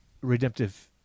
redemptive